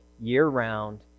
year-round